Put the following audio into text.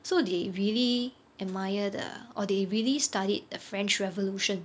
so they really admire the or they really studied the french revolution